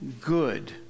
good